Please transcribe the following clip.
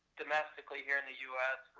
domestically here in the us,